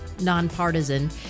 Nonpartisan